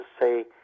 say